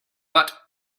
but